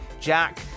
Jack